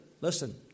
listen